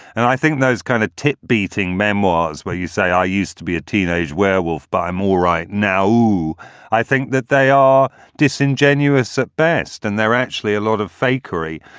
and i think those kind of tip beating memoirs where you say, i used to be a teenage werewolf by more right now. do i think that they are disingenuous at best and they're actually a lot of fakery?